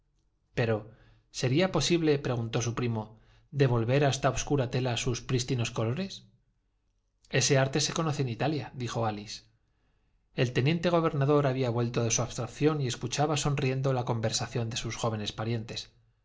pero sería posible preguntó su primo devolver a esta obscura tela sus prístinos colores ese arte se conoce en italia dijo álice el teniente gobernador había vuelto de su abstracción y escuchaba sonriendo la conversación de sus jóvenes parientes